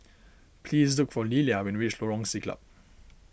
please look for Lillia when you reach Lorong Siglap